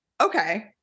okay